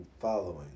following